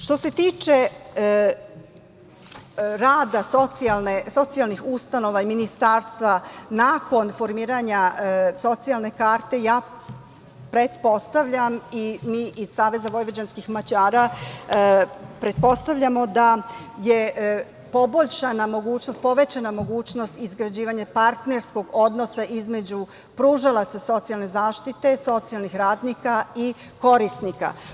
Što se tiče rada socijalnih ustanova i ministarstva, nakon formiranja socijalne karte, ja pretpostavljam i mi iz Saveza vojvođanskih Mađara pretpostavljamo da je povećana mogućnost izgrađivanja partnerskog odnosa između pružalaca socijalne zaštite, socijalnih radnika i korisnika.